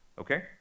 okay